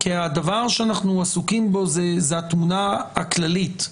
כי הדבר שאנחנו עסוקים בו זה התמונה הכללית,